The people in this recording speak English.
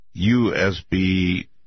USB